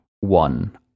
one